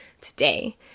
today